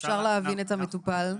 אפשר להבין את המטופל.